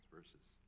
Verses